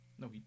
No